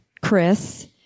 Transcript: Chris